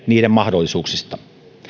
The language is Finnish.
niiden mahdollisuuksista